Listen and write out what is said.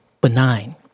benign